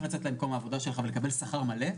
לצאת למקום העבודה שלך ולקבל שכר מלא,